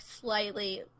slightly